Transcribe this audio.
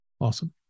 Awesome